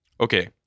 Okay